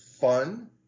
fun